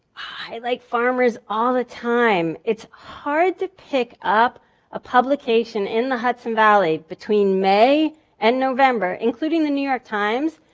i like farmers all the time. it's hard to pick up a publication in the hudson valley between may and november, including the new york times,